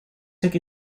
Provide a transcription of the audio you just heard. took